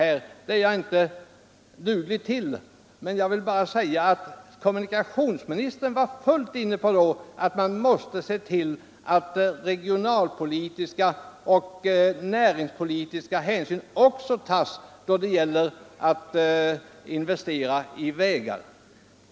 Det är jag inte kapabel Nr 49 till, men jag vill understryka att kommunikationsministern var fullt inne Torsdagen den på att man måste se till att regionalpolitiska och näringspolitiska hänsyn 3 april 1975 också tas då det gäller att investera i vägar.